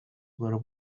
were